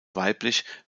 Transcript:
weiblich